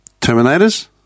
Terminators